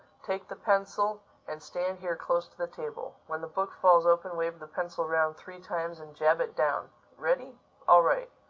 take the pencil and stand here close to the table. when the book falls open, wave the pencil round three times and jab it down. ready all right.